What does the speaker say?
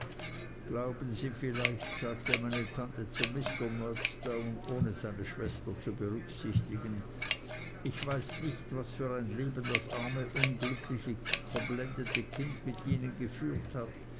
glauben sie vielleicht sagte meine tante zu mr murdstone ohne seine schwester zu berücksichtigen ich weiß nicht was für ein leben das arme unglückliche verblendete kind mit ihnen geführt hat